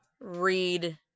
read